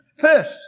First